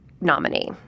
nominee